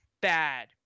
bad